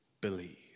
Believe